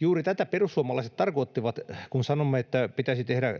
Juuri tätä perussuomalaiset tarkoittavat, kun sanomme, että pitäisi tehdä